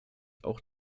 auch